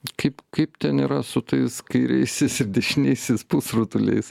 kaip kaip ten yra su tais kairiaisiais ir dešiniaisiais pusrutuliais